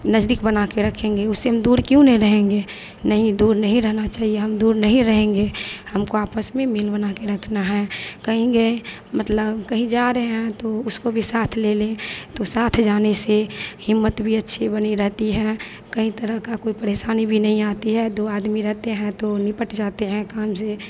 नजदीक बनाकर रखेंगे उससे हम दूर क्यों न रहेंगे नहीं दूर नहीं रहना चहिए हम दूर नहीं रहेंगे हमको आपस में मिल बनाकर रखना है कहीं गए मतलब कहीं जा रहे हैं तो उसको भी साथ ले लें तो साथ जाने से हिम्मत भी अच्छी बनी रहती है कई तरह की कोई परेशानी भी नहीं आती है दो आदमी रहते हैं तो निपट जाते हैं काम से